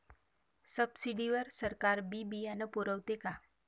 Subsidy वर सरकार बी बियानं पुरवते का?